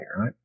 right